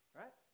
right